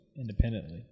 independently